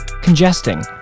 congesting